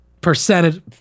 percentage